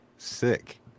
sick